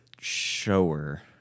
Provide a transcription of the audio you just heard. Shower